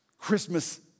Christmas